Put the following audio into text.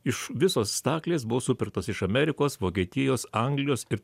iš visos staklės buvo supirktos iš amerikos vokietijos anglijos ir